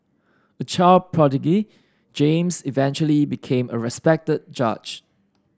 a child prodigy James eventually became a respected judge